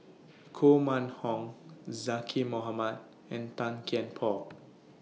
Koh Mun Hong Zaqy Mohamad and Tan Kian Por